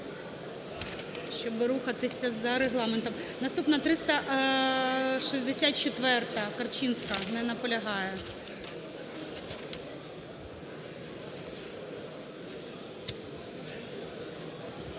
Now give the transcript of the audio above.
Наступна 364-а, Корчинська. Не наполягає.